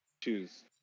Choose